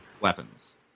weapons